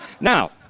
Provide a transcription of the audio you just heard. Now